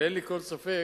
ואין לי כל ספק